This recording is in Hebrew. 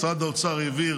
משרד האוצר העביר